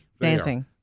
dancing